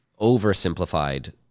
oversimplified